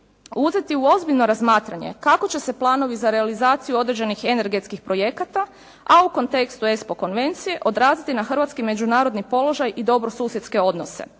uzeti u ozbiljno razmatranje kako će se planovi za realizaciju određenih energetskih projekata a u kontekstu Espo konvencije odraziti na hrvatski međunarodni položaj i dobrosusjedske odnose.